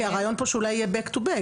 כי הרעיון פה שאולי זה יהיה back to back,